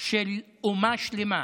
של אומה שלמה.